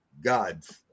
gods